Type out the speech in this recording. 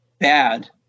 bad